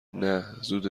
نه، زود